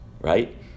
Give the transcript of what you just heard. Right